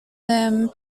them